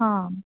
ఆ